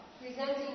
presenting